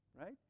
right